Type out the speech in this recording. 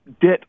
debt